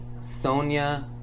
Sonia